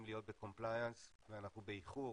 להיות ב- complianceואנחנו באיחור